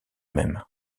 mêmes